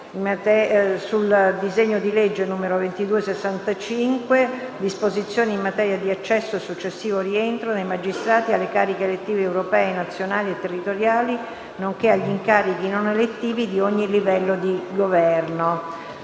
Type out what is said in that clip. MAGGIO ed altri. -*** ***Disposizioni in materia di accesso, e successivo rientro, dei magistrati alle cariche elettive europee, nazionali e territoriali, nonché agli incarichi non elettivi di ogni livello di governo***